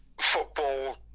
football